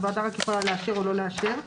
הוועדה יכולה רק לאשר או לא לאשר.